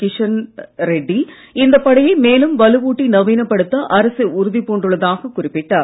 கிஷன்ரெட்டி இந்த படையை மேலும் வலுவூட்டி நவீனப்படுத்த அரசு உறுதிபூண்டுள்ளதாக குறிப்பிட்டார்